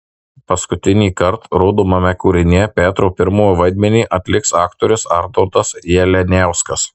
paskutinįkart rodomame kūrinyje petro pirmojo vaidmenį atliks aktorius arnoldas jalianiauskas